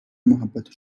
محبت